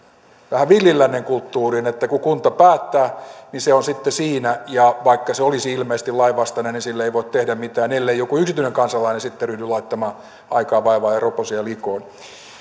tähän villin lännen kulttuuriin että kun kunta päättää niin se on sitten siinä ja vaikka se olisi ilmeisesti lainvastainen niin sille ei voi tehdä mitään ellei joku yksityinen kansalainen sitten ryhdy laittamaan aikaa vaivaa ja roposia likoon